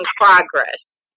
progress